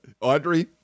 Audrey